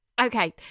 Okay